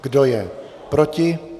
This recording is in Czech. Kdo je proti?